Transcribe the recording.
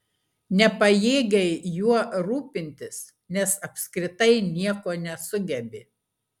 nepajėgei juo rūpintis nes apskritai nieko nesugebi